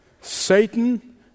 Satan